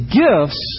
gifts